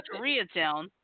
Koreatown